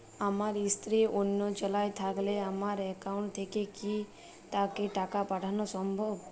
আমার স্ত্রী অন্য জেলায় থাকলে আমার অ্যাকাউন্ট থেকে কি তাকে টাকা পাঠানো সম্ভব?